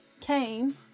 came